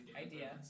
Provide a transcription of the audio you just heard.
Idea